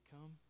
Come